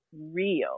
real